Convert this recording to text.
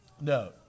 No